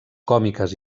còmiques